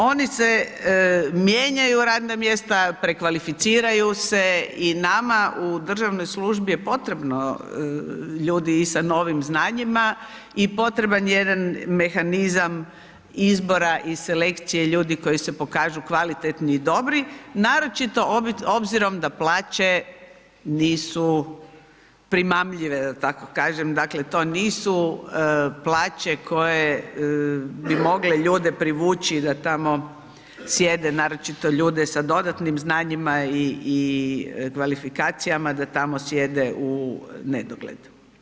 Oni se mijenjaju radna mjesta, prekvalificiraju se i nama u državnoj službi je potrebno ljudi i sa novim znanjima i potreban je jedan mehanizam izbora i selekcije ljudi koji se pokažu kvalitetni i dobri naročito obzirom da plaće nisu primamljive da tako kažem, dakle to nisu plaće koje bi mogle ljude privući da tamo sjede naročito ljude sa dodatnim znanjima i kvalifikacijama, da tamo sjede u nedogled.